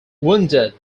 wounded